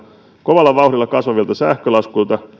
kovalla vauhdilla kasvavilta sähkölaskuilta